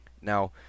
Now